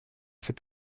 cet